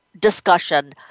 discussion